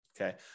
okay